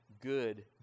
good